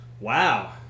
Wow